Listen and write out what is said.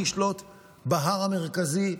מי ישלוט בהר המרכזי,